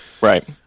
Right